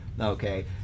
okay